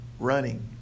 Running